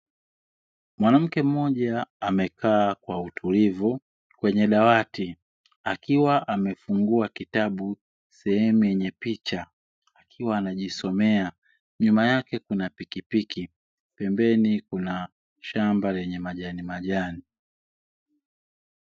Mwanamke mmoja amekaa kwa utulivu kwenye dawati akiwa amefungua kitabu sehemu yenye picha, akiwa anajisomea. Nyuma yake kuna pikipiki, pembeni kuna shamba lenye majanimajani.